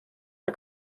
der